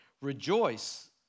Rejoice